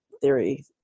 theory